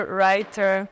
writer